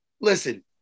Listen